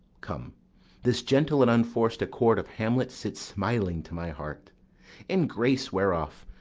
come this gentle and unforc'd accord of hamlet sits smiling to my heart in grace whereof,